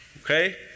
okay